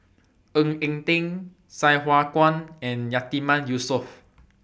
Ng Eng Teng Sai Hua Kuan and Yatiman Yusof